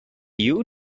you